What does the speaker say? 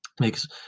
makes